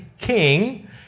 king